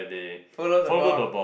follow the ball